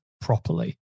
properly